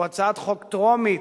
שהוא הצעת חוק טרומית,